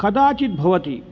कदाचिद् भवति